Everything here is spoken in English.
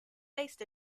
based